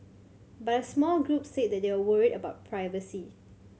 but a small group said they were worried about privacy